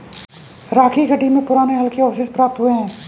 राखीगढ़ी में पुराने हल के अवशेष प्राप्त हुए हैं